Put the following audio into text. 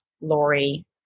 Lori